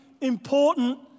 important